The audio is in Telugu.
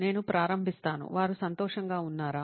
నేను ప్రారంభిస్తాను వారు సంతోషంగా ఉన్నారా